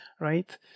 right